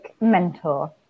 mentor